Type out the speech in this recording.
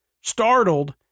startled